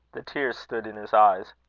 the tears stood in his eyes.